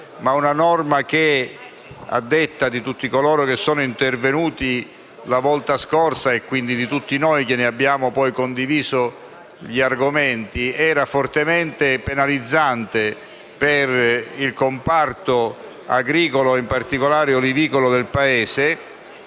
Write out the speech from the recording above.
una norma che, a detta di tutti gli intervenuti la volta scorsa e di tutti noi che ne abbiamo poi condiviso gli argomenti, sarebbe stata fortemente penalizzante per il comparto agricolo e, in particolare, olivicolo del Paese.